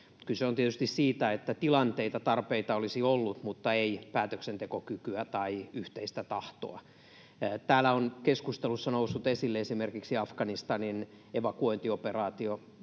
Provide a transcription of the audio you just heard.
kyse on tietysti siitä, että tilanteita ja tarpeita olisi ollut mutta ei päätöksentekokykyä tai yhteistä tahtoa. Täällä on keskustelussa noussut esille esimerkiksi Afganistanin evakuointioperaatio,